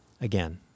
again